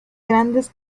grandes